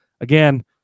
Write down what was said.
again